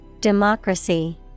Democracy